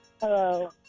Hello